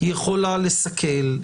יכולה לסכל,